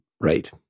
Right